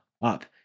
Up